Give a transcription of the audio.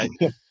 right